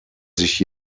sich